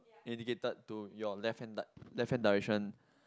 indicated to your left hand die left hand direction